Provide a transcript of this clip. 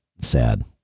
sad